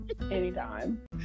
anytime